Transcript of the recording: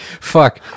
fuck